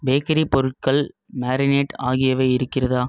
bakery பொருட்கள் marinade ஆகியவை இருக்கிறதா